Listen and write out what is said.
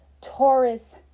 Taurus